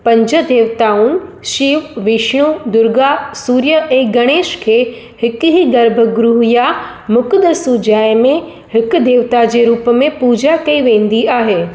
पंज देवताउनि शिव विष्णु दुर्गा सूर्य ऐं गणेश खे हिकु ई गर्भग्रह या मुक़दर सु जाइ में हिकु देवता जे रुप में पूॼा कई वेंदी आहे